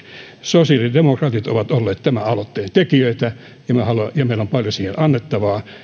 sosiaalidemokraatit ovat olleet tämän aloitteen tekijöitä ja meillä on paljon siihen annettavaa